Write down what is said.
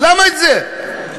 איפה זה היה?